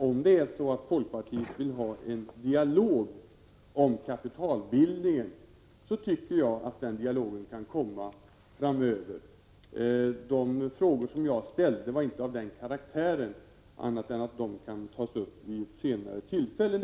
Om det är så att folkpartiet vill ha en dialog om kapitalbildningen, tycker jag att den dialogen kan föras framöver. De frågor som jag ställde var nämligen inte av annan karaktär än att de kan tas upp vid senare tillfälle.